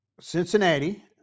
Cincinnati –